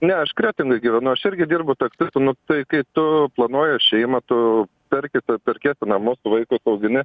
ne aš kretingoj gyvenu aš irgi dirbu taksistu nu tai kai tu planuoji šeimą tu perki perkiesi namus vaikus augini